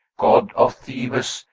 god of thebes,